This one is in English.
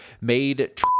made